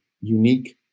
unique